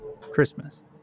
Christmas